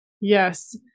Yes